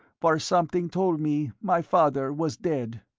for something told me my father was dead.